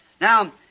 Now